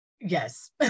Yes